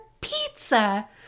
pizza